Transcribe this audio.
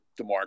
DeMarc